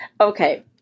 Okay